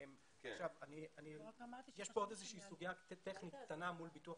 יש כאן עוד איזושהי סוגיה טכנית קטנה מול ביטוח